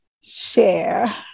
Share